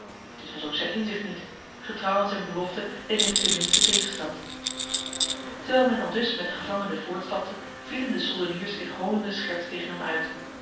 dit was ook zijn inzicht niet getrouw aan zijn belofte deed hij niet de minste tegenstand terwijl men aldus met de gevangene voortstapte vielen de soldeniers in honende scherts tegen hem uit